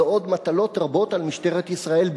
ועוד מטלות רבות על משטרת ישראל,